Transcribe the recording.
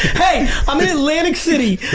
hey, i'm in atlantic city.